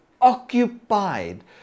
occupied